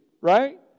right